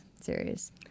series